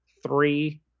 three